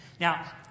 Now